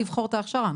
לבחור את ההכשרה.